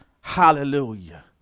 hallelujah